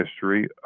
history